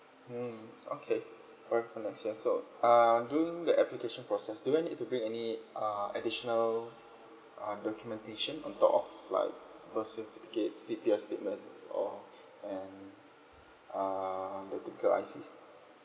mm okay alright for next year so uh I'm doing the application process do I need to bring any uh additional uh documentation on top of like birth certificates C_P_F statements or and uh the two girl I_Cs